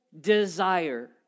desire